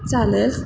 चालेल